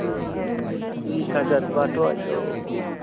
थ्रिस हाजारबाथ आयौ